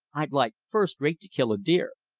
i'd like first rate to kill a deer.